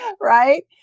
right